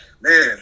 man